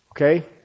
Okay